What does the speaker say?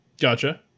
Gotcha